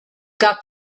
got